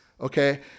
okay